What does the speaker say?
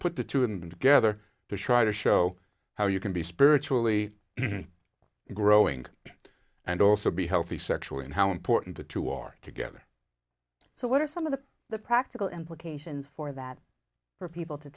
put the two and together to try to show how you can be spiritually growing and also be healthy sexually and how important the two are together so what are some of the the practical implications for that for people to